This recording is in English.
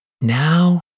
Now